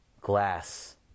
Glass